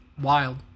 wild